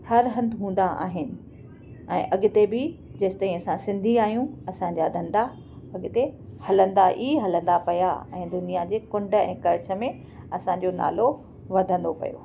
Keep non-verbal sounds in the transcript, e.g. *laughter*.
हर हंधि हूंदा आहिनि ऐं अॻिते बि जेसि ताईं असां सिंधी आहियूं असांजा धंदा अॻिते हलंदा ई हलंदा पिया ऐं दुनिया जे कुंड ऐं *unintelligible* में असांजो नालो वधंदो पियो